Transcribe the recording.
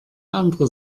andere